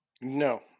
no